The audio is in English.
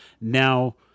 Now